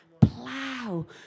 plow